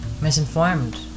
misinformed